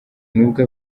nubwo